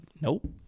nope